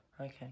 Okay